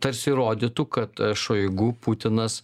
tarsi įrodytų kad šoigu putinas